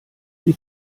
die